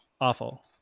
Awful